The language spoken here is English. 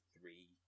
three